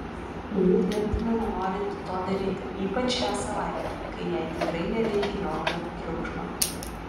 ji tvirtino nenorinti to daryti ypač šią savaitę kai jai tikrai nereikia jokio triukšmo